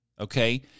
Okay